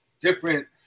different